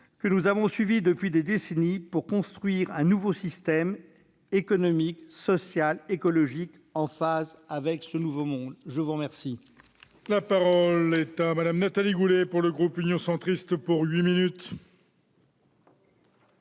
que nous suivons depuis des décennies, pour construire un nouveau système économique, social et écologique en phase avec ce nouveau monde. Très bien